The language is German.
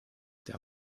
der